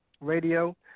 Radio